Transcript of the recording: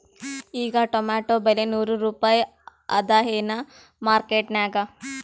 ಈಗಾ ಟೊಮೇಟೊ ಬೆಲೆ ನೂರು ರೂಪಾಯಿ ಅದಾಯೇನ ಮಾರಕೆಟನ್ಯಾಗ?